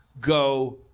go